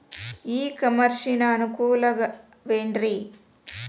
E commerce ನ ಅನುಕೂಲವೇನ್ರೇ?